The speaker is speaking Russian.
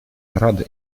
рады